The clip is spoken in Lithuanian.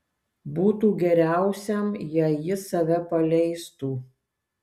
būtų geriausiam jei jis save paleistų